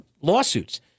lawsuits